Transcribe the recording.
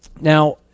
Now